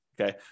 Okay